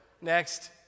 Next